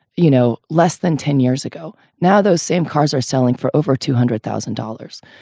you know, less than ten years ago now, those same cars are selling for over two hundred thousand dollars.